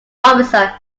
officer